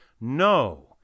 No